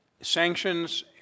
sanctions